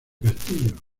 castillo